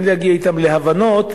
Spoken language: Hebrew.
כן להגיע אתם להבנות,